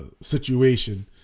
situation